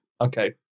Okay